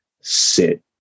sit